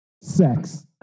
sex